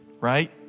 right